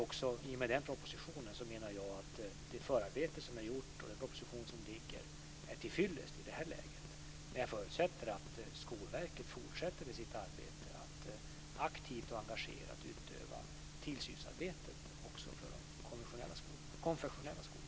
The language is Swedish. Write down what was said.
Jag menar att denna proposition och det förarbete som är gjort till den är tillfyllest i det här läget, men jag förutsätter att Skolverket fortsätter med sitt arbete att aktivt och engagerat utöva tillsynsarbetet också för de konfessionella skolorna.